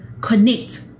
connect